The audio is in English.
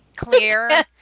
Clear